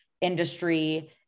industry